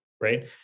Right